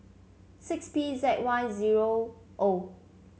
six P Z Y zero O